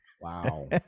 wow